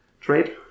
trade